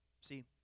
See